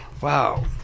Wow